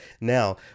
now